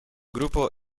grupo